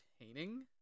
entertaining